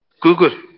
Google